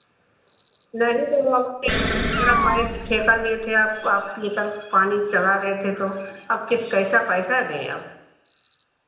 नहीं तो तो आप एक बार मेरा पाइप ठेका लिए थे आप आप ये सब पानी चला रहे थे तो अब किस पैसा दें अब